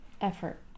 effort